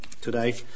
today